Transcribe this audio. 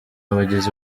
abagizi